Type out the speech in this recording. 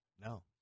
No